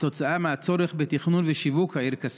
כתוצאה מהצורך בתכנון ושיווק העיר כסיף?